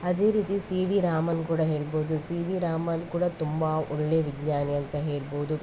ಅದೇ ರೀತಿ C V Raman ಕೂಡ ಹೇಳ್ಬೋದು ಸಿ ವಿ ರಾಮನ್ ಕೂಡ ತುಂಬ ಒಳ್ಳೆ ವಿಜ್ಞಾನಿ ಅಂತ ಹೇಳ್ಬೋದು